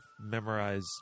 memorize